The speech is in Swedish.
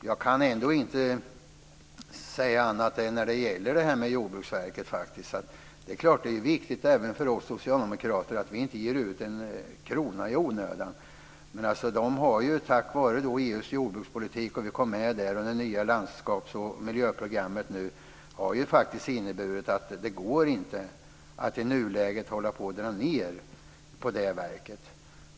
Jag kan ändå inte säga annat än att när det gäller Jordbruksverket är det naturligtvis viktigt även för oss socialdemokrater att vi inte ger ut en krona i onödan. Men EU:s jordbrukspolitik och det nya landskaps och miljöprogrammet har faktiskt inneburit att det inte går att dra ned på Jordbruksverket.